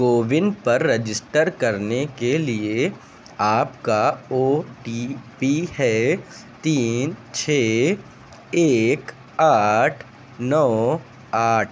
CoWIN پررجسٹر کرنے کے لیے آپ کا او ٹی پی ہے تین چھ ایک آٹھ نو آٹھ